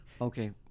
okay